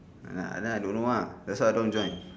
ya then I don't know lah that's why I don't join